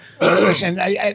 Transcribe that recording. Listen